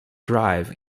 drive